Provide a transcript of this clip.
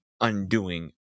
undoing